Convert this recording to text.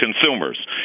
consumers